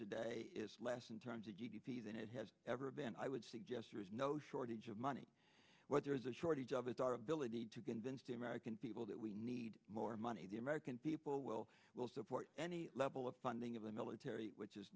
today is less in terms of g d p than it has ever been i would suggest there is no shortage of money what there is a shortage of is our ability to convince the american people that we need more money the american people will support any level of funding of the military which is